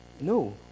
No